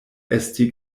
esti